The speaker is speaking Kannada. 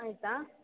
ಆಯಿತಾ